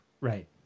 Right